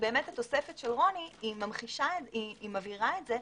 התוספת של רוני מבהירה את זה,